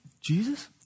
Jesus